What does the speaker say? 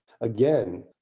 again